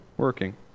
working